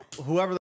whoever